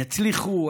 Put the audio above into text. יצליחו,